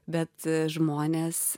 bet žmonės